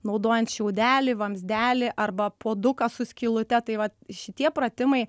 naudojant šiaudelį vamzdelį arba puoduką su skylute tai va šitie pratimai